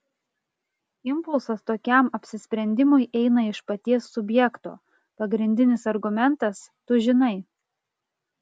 impulsas tokiam apsisprendimui eina iš paties subjekto pagrindinis argumentas tu žinai